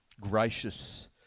gracious